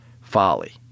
folly